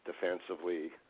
Defensively